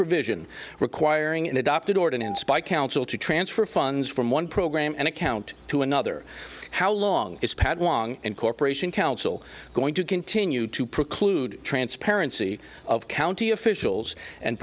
provision requiring an adopted ordinance by council to transfer funds from one program and account to another how long is pad long and corporation council going to continue to preclude transparency of county officials and